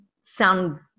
sound